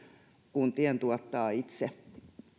kuntien tuottaa itse